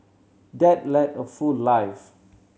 dad led a full life